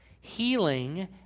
healing